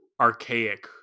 archaic